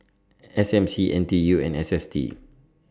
S M C N T U and S S T